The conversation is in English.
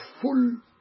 full